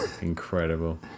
Incredible